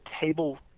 table